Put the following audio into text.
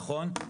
נכון,